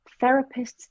therapists